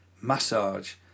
Massage